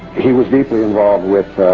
he was deeply involved with